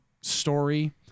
story